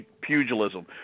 pugilism